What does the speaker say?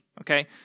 Okay